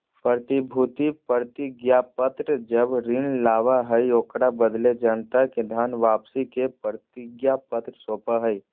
प्रतिभूति प्रतिज्ञापत्र जब ऋण लाबा हइ, ओकरा बदले जनता के धन वापसी के प्रतिज्ञापत्र सौपा हइ